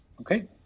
Okay